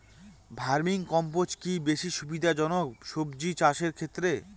Vermi compost কি বেশী সুবিধা জনক সবজি চাষের ক্ষেত্রে?